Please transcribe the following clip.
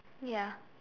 ya